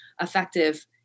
effective